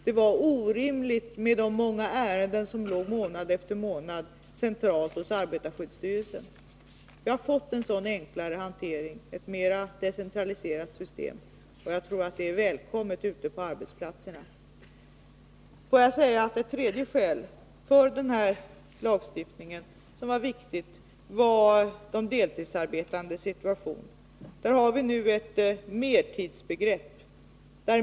Det var orimligt att ha så många ärenden liggande centralt hos arbetarskyddsstyrelsen månad efter månad. Vi har nu fått en enklare hantering, ett mera decentraliserat system. Jag tror att ett sådant är välkommet ute på arbetsplatserna. 3. De deltidsarbetandes situation. Nu har vi ett mertidsbegrepp.